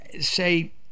say